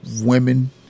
women